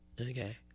Okay